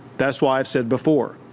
that's why i've said before.